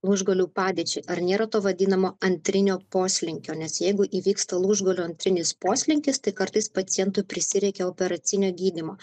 lūžgalių padėčiai ar nėra to vadinamo antrinio poslinkio nes jeigu įvyksta lūžgalių antrinis poslinkis tai kartais pacientui prisireikia operacinio gydymo